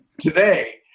today